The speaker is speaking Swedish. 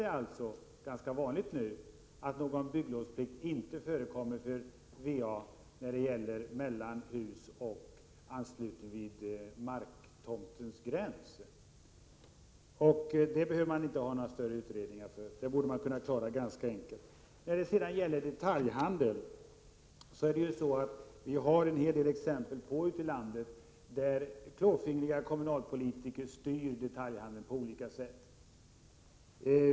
Det är ganska vanligt att bygglovsplikt inte tillämpas när det gäller anslutning av vatten och avlopp mellan hus och anslutning vid tomtgränsen. Det behövs ingen större utredning om det här — det borde man kunna klara av ganska lätt. När det gäller detaljhandeln finns det en hel del exempel ute i landet på hur klåfingriga kommunalpolitiker styr detaljhandeln på olika sätt.